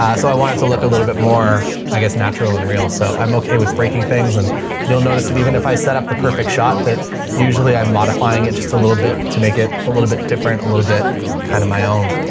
so i want it to look a little bit more, i guess, natural and real. so i'm okay with breaking things and you'll notice that even if i set up the perfect shot, that usually i'm modifying it just a little bit to make it a little bit different, a little bit kind of my own.